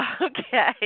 Okay